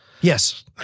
Yes